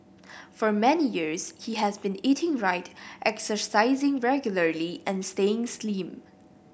for many years he has been eating right exercising regularly and staying slim